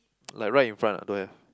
like right in front ah don't have